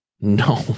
No